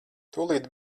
tūlīt